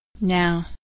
Now